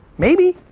maybe,